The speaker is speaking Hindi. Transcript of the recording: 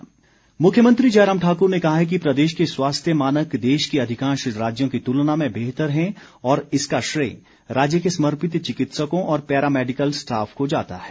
जयराम ठाकुर मुख्यमंत्री जयराम ठाकुर ने कहा है कि प्रदेश के स्वास्थ्य मानक देश के अधिकांश राज्यों की तुलना में बेहतर हैं और इसका श्रेय राज्य के समर्पित चिकित्सकों और पैरा मैडिकल स्टाफ को जाता है